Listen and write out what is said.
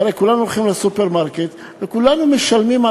והרי כולנו הולכים לסופרמרקט וכולנו משלמים על